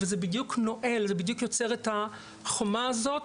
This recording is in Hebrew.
וזה בדיוק נועל ויוצר את החומה הזו,